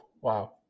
Wow